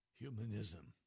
Humanism